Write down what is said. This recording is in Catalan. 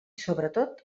sobretot